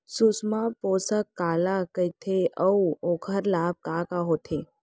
सुषमा पोसक काला कइथे अऊ ओखर लाभ का का होथे?